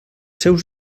seus